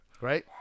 Right